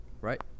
Right